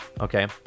Okay